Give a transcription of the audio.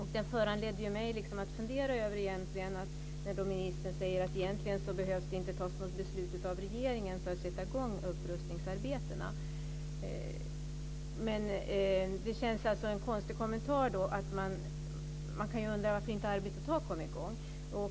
Han sade: Egentligen behöver det inte tas något beslut av regeringen för att sätta i gång upprustningsarbetena. Det är en konstig kommentar. Man kan ju undra varför arbetet inte kommit i gång.